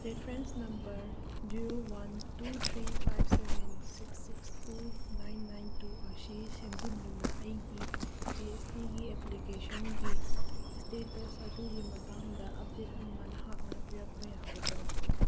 reference number zero one two three five seven six six two nine nine two ꯑꯁꯤ ꯁꯦꯝꯖꯤꯟꯗꯨꯅ ꯑꯩꯒꯤ G S ꯇꯤꯒꯤ ꯑꯦꯄ꯭ꯂꯤꯀꯦꯁꯟꯒꯤ status ꯑꯗꯨꯒꯤ ꯃꯇꯥꯡꯗ ꯑꯞꯗꯦꯗ ꯑꯃ ꯅꯍꯥꯛꯅ ꯄꯤꯔꯛꯄ ꯌꯥꯒꯗ꯭ꯔ